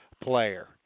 player